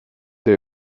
day